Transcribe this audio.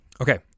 okay